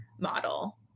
model